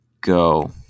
go